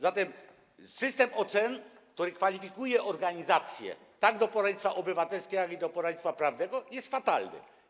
Zatem system ocen, w ramach którego kwalifikuje się organizacje tak do poradnictwa obywatelskiego, jak i do poradnictwa prawnego, jest fatalny.